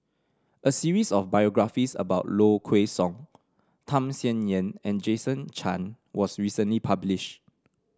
a series of biographies about Low Kway Song Tham Sien Yen and Jason Chan was recently publish